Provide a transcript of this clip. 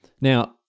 Now